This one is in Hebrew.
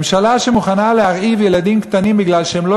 ממשלה שמוכנה להרעיב ילדים קטנים כי הם לא